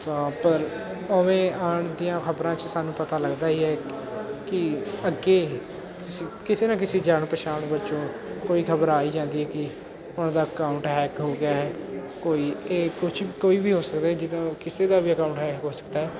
ਤਾਂ ਪਰ ਉਵੇਂ ਆਉਣ ਦੀਆਂ ਖਬਰਾਂ 'ਚ ਸਾਨੂੰ ਪਤਾ ਲੱਗਦਾ ਹੀ ਹੈ ਕਿ ਅੱਗੇ ਕਿਸੇ ਕਿਸੇ ਨਾ ਕਿਸੇ ਜਾਣ ਪਛਾਣ ਵਜੋਂ ਕੋਈ ਖਬਰ ਆ ਹੀ ਜਾਂਦੀ ਕਿ ਉਹਦਾ ਅਕਾਊਂਟ ਹੈਕ ਹੋ ਗਿਆ ਹੈ ਕੋਈ ਇਹ ਕੁਛ ਕੋਈ ਵੀ ਹੋ ਸਕਦਾ ਜਿਹਦਾ ਕਿਸੇ ਦਾ ਵੀ ਅਕਾਊਂਟ ਹੈਕ ਹੋ ਸਕਦਾ